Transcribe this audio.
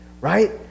right